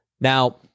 Now